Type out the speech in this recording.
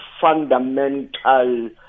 fundamental